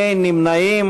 אין נמנעים.